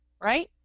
right